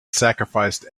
sacrificed